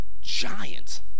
giant